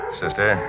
sister